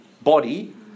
body